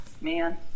Man